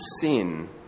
sin